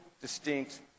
distinct